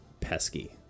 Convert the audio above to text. pesky